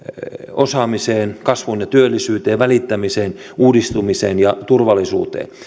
osaamiseen kasvuun ja työllisyyteen välittämiseen uudistumiseen ja turvallisuuteen